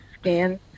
scan